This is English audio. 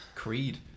creed